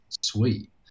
sweet